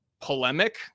polemic